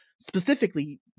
specifically